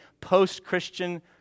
post-Christian